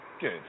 Good